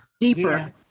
deeper